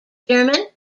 german